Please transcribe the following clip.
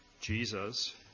Jesus